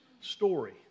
story